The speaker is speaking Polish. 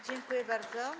Dziękuję bardzo.